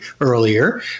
earlier